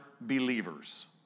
believers